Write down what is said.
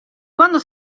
quando